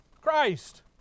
Christ